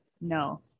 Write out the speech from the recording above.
no